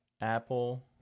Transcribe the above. apple